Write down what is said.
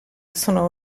sono